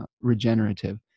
regenerative